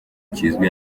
kizwi